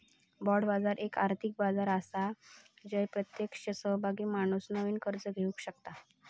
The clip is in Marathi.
बाँड बाजार एक आर्थिक बाजार आसा जय प्रत्येक सहभागी माणूस नवीन कर्ज घेवक शकता